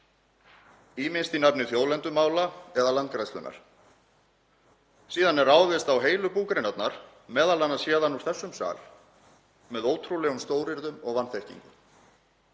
ýmist í nafni þjóðlendumála eða landgræðslunnar. Síðan er ráðist á heilu búgreinarnar, m.a. héðan úr þessum sal, með ótrúlegum stóryrðum og af vanþekkingu.